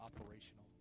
operational